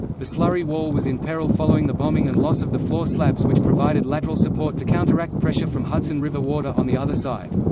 the slurry wall was in peril following the bombing and loss of the floor slabs which provided lateral support to counteract pressure from hudson river water on the other side.